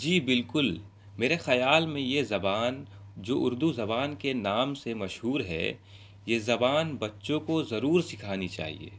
جی بالکل میرے خیال میں یہ زبان جو اردو زبان کے نام سے مشہور ہے یہ زبان بچوں کو ضرور سکھانی چاہیے